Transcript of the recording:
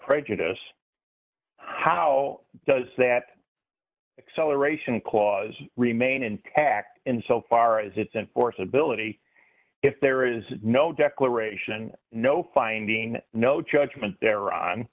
prejudice how does that acceleration cause remain intact and so far as its enforceability if there is no declaration no finding no judgment there on